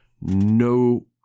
no